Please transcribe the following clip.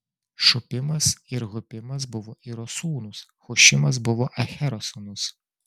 šupimas ir hupimas buvo iro sūnūs hušimas buvo ahero sūnus